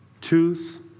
tooth